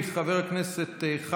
חבר הכנסת מיכאל מלכיאלי,